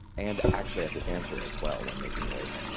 and actually as a dancer as well, when making work,